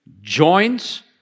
joints